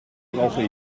brauche